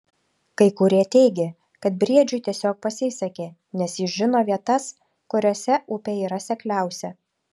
kai kurie teigė kad briedžiui tiesiog pasisekė nes jis žino vietas kuriose upė yra sekliausia